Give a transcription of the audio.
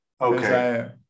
okay